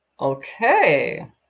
Okay